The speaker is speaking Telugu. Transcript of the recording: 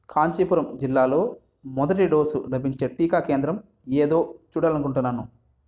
కాంచీపురం జిల్లాలో మొదటి డోసు లభించే టీకా కేంద్రం ఏదో చూడాలనుకుంటున్నాను